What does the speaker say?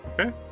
Okay